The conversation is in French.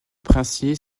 princier